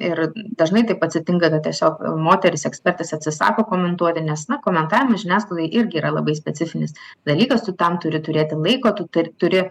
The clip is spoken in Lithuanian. ir dažnai taip atsitinka kad tiesiog moterys ekspertės atsisako komentuoti nes na komentavimas žiniasklaidai irgi yra labai specifinis dalykas tu tam turi turėti laiko tu turi